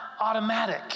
automatic